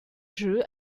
jeu